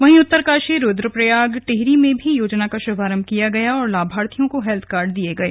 वहीं उत्तरकाशी रुद्रप्रयाग टिहरी में भी योजना का शुभारंभ किया गया और लाभार्थियों को हेल्थ कार्ड दिये गए